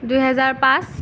দুই হাজাৰ পাঁচ